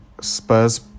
Spurs